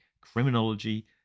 criminology